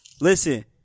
Listen